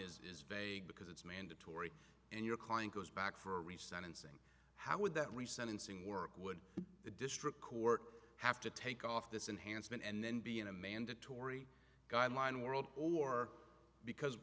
is vague because it's mandatory in your client goes back for reach sentencing how would that reset in seeing work would the district court have to take off this enhanced and then be in a mandatory guideline world or because